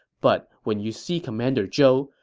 but when you see commander zhou,